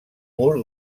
mur